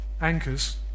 anchors